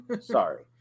sorry